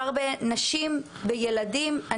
יש שם ילדים במתקן המסורבים.